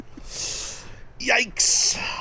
yikes